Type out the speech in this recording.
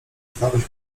starość